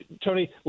Tony